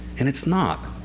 and it's not,